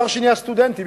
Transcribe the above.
הסטודנטים,